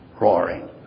roaring